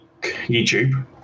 youtube